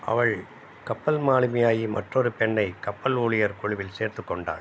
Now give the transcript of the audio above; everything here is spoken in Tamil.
அவள் கப்பல் மாலுமி ஆகி மற்றொரு பெண்ணை கப்பல் ஊழியர் குலுவில் சேர்த்துக் கொண்டாள்